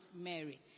Mary